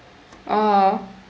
oh